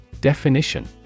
Definition